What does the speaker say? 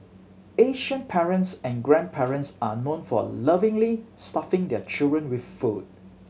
asian parents and grandparents are known for lovingly stuffing their children with food